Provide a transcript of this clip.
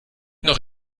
noch